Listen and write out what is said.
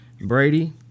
Brady